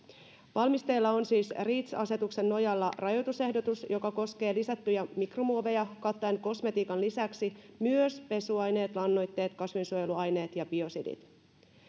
valmisteilla on siis reach asetuksen nojalla rajoitusehdotus joka koskee lisättyjä mikromuoveja kattaen kosmetiikan lisäksi myös pesuaineet lannoitteet kasvinsuojeluaineet ja biosidit